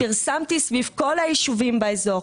פרסמתי סביב כל היישובים באזור.